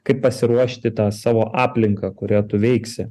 kaip pasiruošti tą savo aplinką kurią tu veiksi